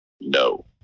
no